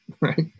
Right